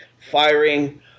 firing